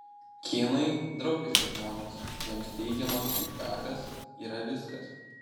kinai draugiški žmonės jiems teigiamas fydbekas yra viskas